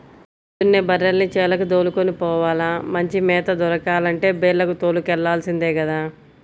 పొద్దున్నే బర్రెల్ని చేలకి దోలుకొని పోవాల, మంచి మేత దొరకాలంటే బీల్లకు తోలుకెల్లాల్సిందే గదా